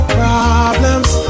problems